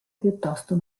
piuttosto